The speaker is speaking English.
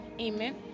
Amen